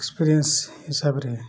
experience ହିସାବରେ